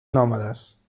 nòmades